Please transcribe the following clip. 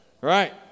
right